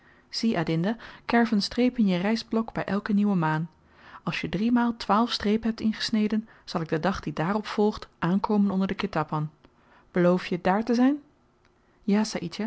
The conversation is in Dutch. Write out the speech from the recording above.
adinda kerf een streep in je rystblok by elke nieuwe maan als je driemaal twaalf strepen hebt ingesneden zal ik den dag die dààrop volgt aankomen onder den ketapan beloof je dààr te zyn ja